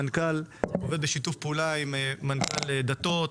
המנכ"ל עובד בשיתוף פעולה עם המנכ"ל של משרד הדתות,